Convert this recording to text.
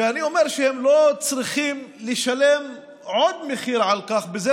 ואני אומר שהם לא צריכים לשלם עוד מחיר על כך בזה